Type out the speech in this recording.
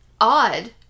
odd